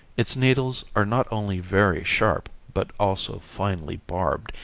its needles are not only very sharp, but also finely barbed,